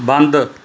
ਬੰਦ